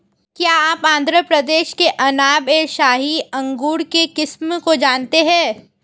क्या आप आंध्र प्रदेश के अनाब ए शाही अंगूर के किस्म को जानते हैं?